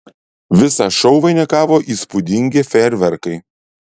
visą šou vainikavo įspūdingi fejerverkai